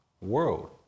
world